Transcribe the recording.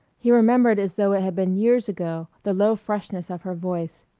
he remembered as though it had been years ago the low freshness of her voice,